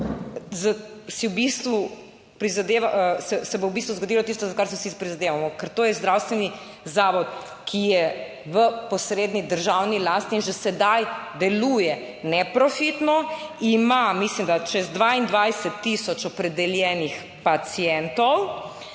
se bo v bistvu zgodilo tisto, za kar si vsi prizadevamo, ker to je zdravstveni zavod, ki je v posredni državni lasti in že sedaj deluje neprofitno, ima, mislim da čez 22000 opredeljenih pacientov,